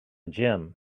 gym